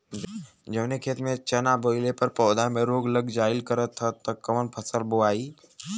जवने खेत में चना बोअले पर पौधा में रोग लग जाईल करत ह त कवन फसल बोआई?